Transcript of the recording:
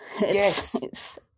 Yes